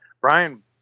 Brian